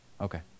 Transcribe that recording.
Okay